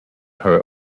her